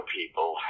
people